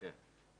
כן.